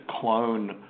clone